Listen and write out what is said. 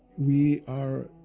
we are